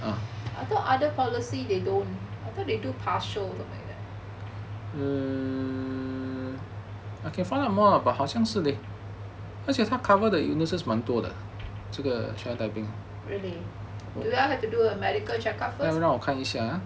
I thought other policy they don't I thought they do partial or something oh really do I have to do a medical check up first